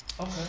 Okay